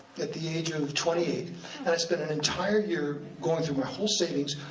at the age of twenty eight, and i spent an entire year going through my whole savings,